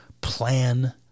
Plan